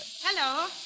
Hello